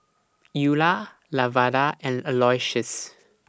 Eula Lavada and Aloysius